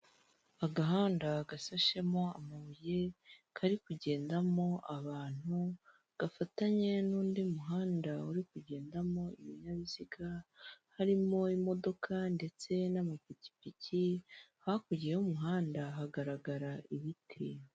Agahanda gasashemo amabuye, kari kugendamo abantu, gafatanye n'undi muhanda uri kugendamo ibinyabiziga, harimo imodoka ndetse n'amapikipiki, hakurya y'umuhanda hagaragara ibiti.